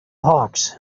hawks